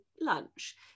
lunch